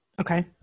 Okay